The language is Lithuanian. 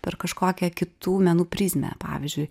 per kažkokią kitų menų prizmę pavyzdžiui